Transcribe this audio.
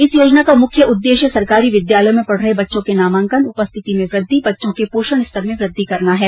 इस योजना का मुख्य उद्देश्य सरकारी विद्यालय में पढ रहे बच्चों के नामांकन उपस्थिति में वृद्धि बच्चों के पोषण स्तर में वृद्धि करना है